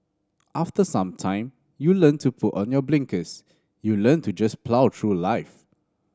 after some time you learn to put on your blinkers you learn to just plough through life